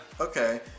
Okay